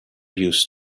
used